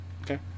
Okay